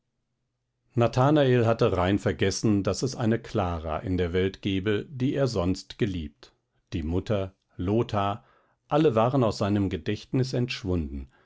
nathanael hatte rein vergessen daß es eine clara in der welt gebe die er sonst geliebt die mutter lothar alle waren aus seinem gedächtnis entschwunden